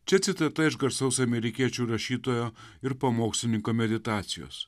čia citata iš garsaus amerikiečių rašytojo ir pamokslininko meditacijos